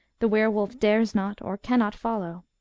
the were-wolf dares not, or cannot, follow.